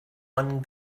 one